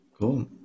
Cool